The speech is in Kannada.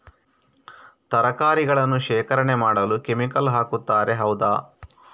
ತರಕಾರಿಗಳನ್ನು ಶೇಖರಣೆ ಮಾಡಲು ಕೆಮಿಕಲ್ ಹಾಕುತಾರೆ ಹೌದ?